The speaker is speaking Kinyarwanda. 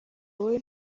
wowe